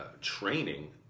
training